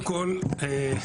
בבקשה?